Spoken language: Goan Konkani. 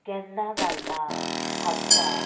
केन्ना घालता आमच्या